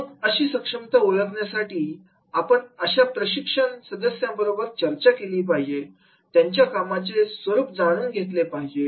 मग अशी सक्षमता ओळखण्यासाठी आपण अशा सहभागी सदस्यांबरोबर चर्चा केली पाहिजे त्यांच्या कामाचे स्वर्णन जाणून घेतले पाहिजे आहे